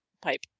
Pipe